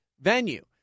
venue